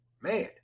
Man